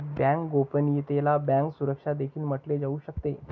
bank गोपनीयतेला bank सुरक्षा देखील म्हटले जाऊ शकते